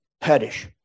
perish